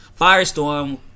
Firestorm